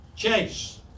Chase